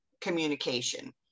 communication